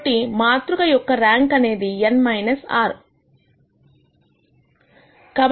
కాబట్టి మాతృక యొక్క ర్యాంక్ అనేదిn r